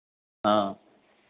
हाँ